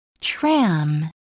tram